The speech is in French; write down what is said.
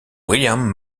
william